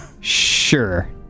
Sure